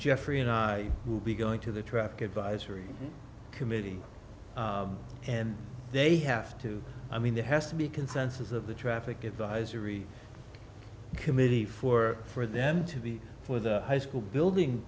jeffrey and i will be going to the traffic advisory committee and they have to i mean there has to be consensus of the traffic advisory committee for for them to be for the high school building